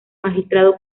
magistrado